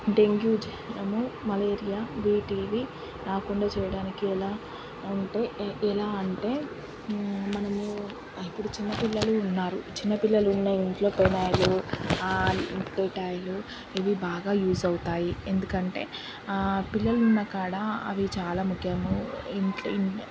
dengue జ్వరము malaria బీటీవీ రాకుండా చేయడానికి ఎలా అంటే ఎలా అంటే మనము ఇప్పుడు చిన్న పిల్లలు ఉన్నారు చిన్న పిల్లలు ఉన్న ఇంట్లో పెనాయిలు డెటాయిలు ఇవి బాగా యూజ్ అవుతాయి ఎందుకంటే పిల్లలు ఉన్న కాడ అవి చాలా ముఖ్యము ఇంట్ ఇన్